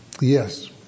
Yes